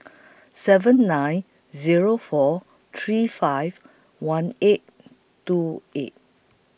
seven nine Zero four three five one eight two eight